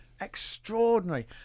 Extraordinary